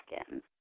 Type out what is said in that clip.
skin